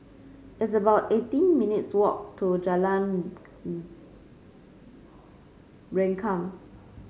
it's about eighteen minutes' walk to Jalan Rengkam